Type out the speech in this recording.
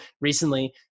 recently